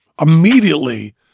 immediately